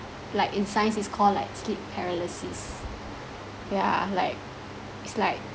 like in science is call like sleep paralysis yeah like it's like